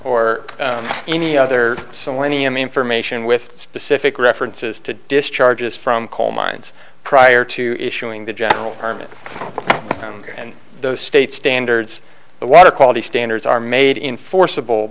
or any other someone iyam information with specific references to discharges from coal mines prior to issuing the general permit and the state standards the water quality standards are made in forcible